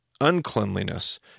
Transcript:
uncleanliness